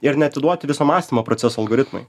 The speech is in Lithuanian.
ir neatiduoti viso mąstymo proceso algoritmui